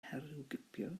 herwgipio